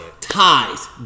ties